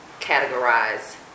categorize